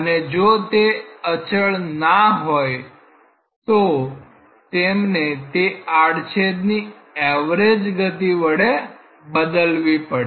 અને જો તે અચળ ના હોય તો તેમને તે આડછેદની એવરેજ ગતિ વડે બદલવી પડે